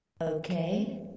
okay